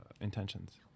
intentions